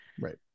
right